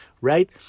right